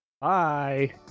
Bye